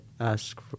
ask